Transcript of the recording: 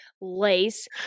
lace